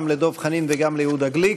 גם לדב חנין וגם ליהודה גליק.